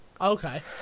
Okay